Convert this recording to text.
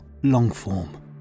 Longform